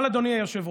אבל, אדוני היושב-ראש,